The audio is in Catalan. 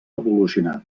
evolucionat